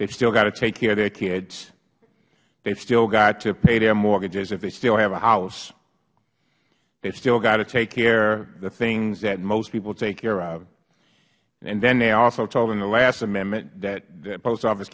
they still have to take care of their kids they still have to pay their mortgages if they still have a house they still have to take care of the things that most people take care of and then they also told them in the last amendment that the post office